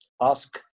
ask